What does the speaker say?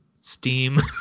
Steam